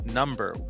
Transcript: number